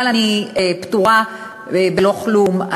אבל פטורה בלא כלום,